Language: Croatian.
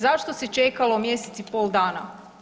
Zašto se čekalo mjesec i pol dana?